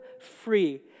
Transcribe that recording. free